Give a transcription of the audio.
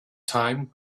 time